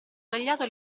tagliato